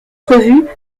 revue